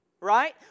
Right